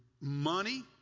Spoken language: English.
money